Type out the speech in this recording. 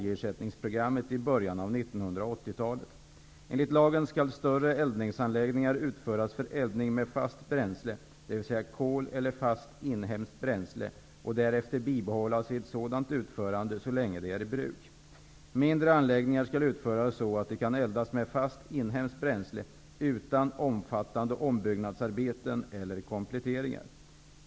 Enligt lagen skall större eldningsanläggningar utföras för eldning med fast bränsle, dvs. kol eller fast inhemskt bränsle, och därefter bibehållas i ett sådant utförande så länge de är i bruk. Mindre anläggningar skall utföras så att de kan eldas med fast inhemskt bränsle utan omfattande ombyggnadsarbeten eller kompletteringar.